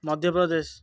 Madhya Pradesh